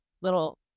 little